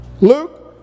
Luke